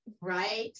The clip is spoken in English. right